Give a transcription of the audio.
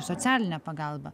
socialine pagalba